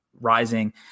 rising